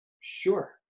sure